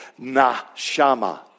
nashama